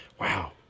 wow